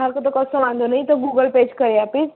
હા તો તો કશો વાંધો નહીં તો ગૂગલ પે જ કરી આપીશ